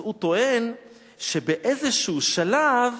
אז הוא טוען שבאיזה שלב